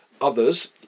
Others